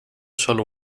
solo